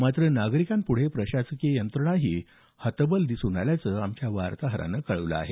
मात्र नागरिकांपुढे प्रशासकीय यंत्रणाही हतबल दिसून आल्याचं आमच्या वार्ताहरानं कळवलं आहे